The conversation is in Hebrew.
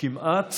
כמעט